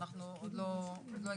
אנחנו עוד לא הגענו.